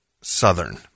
Southern